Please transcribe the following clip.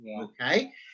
Okay